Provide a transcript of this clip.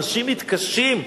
אנשים מתקשים.